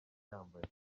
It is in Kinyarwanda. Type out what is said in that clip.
yambaye